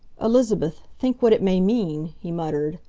elizabeth, think what it may mean! he muttered.